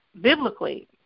biblically